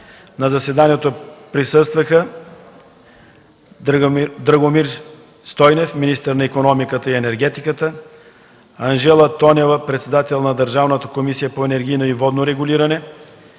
На заседанието присъстваха Драгомир Стойнев – министър на икономиката и енергетиката, Анжела Тонева – председател на Държавната комисия по енергийно и водно регулиране,